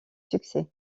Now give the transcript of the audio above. succès